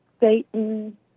Satan